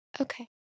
Okay